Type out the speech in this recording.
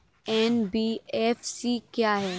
NBFC क्या है?